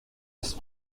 ist